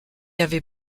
avait